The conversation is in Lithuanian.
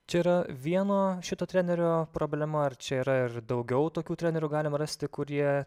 čia yra vieno šito trenerio problema ar čia yra ir daugiau tokių trenerių galima rasti kurie